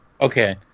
Okay